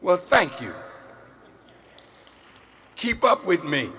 well thank you keep up with me